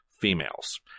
females